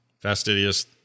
Fastidious